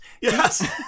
Yes